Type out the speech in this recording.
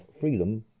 freedom